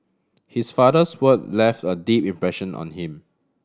his father's word left a deep impression on him